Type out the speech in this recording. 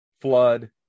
flood